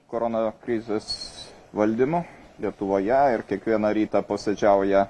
korona krizės valdymu lietuvoje ir kiekvieną rytą posėdžiauja